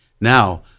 Now